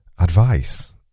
advice